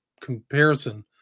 comparison